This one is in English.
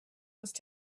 must